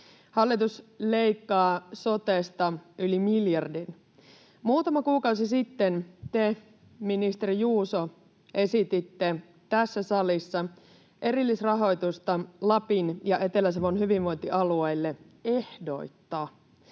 Hallitus leikkaa sotesta yli miljardin. Muutama kuukausi sitten te, ministeri Juuso, esititte tässä salissa erillisrahoitusta Lapin ja Etelä-Savon hyvinvointialueille ehdoitta.